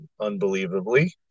Unbelievably